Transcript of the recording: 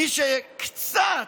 מי שקצת,